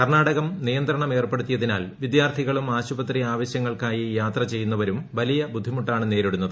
കർണാടകം നിയന്ത്രണം ഏർപ്പെടുത്തിയതിനാൽ വിദ്യാർഥികളും ആശുപത്രി ആവശ്യങ്ങൾക്കായി യാത്ര ചെയ്യുന്നവരും വലിയ ബുദ്ധിമുട്ടാണ് നേരിടുന്നത്